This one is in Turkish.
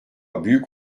büyük